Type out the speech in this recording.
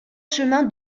chemin